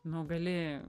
nu gali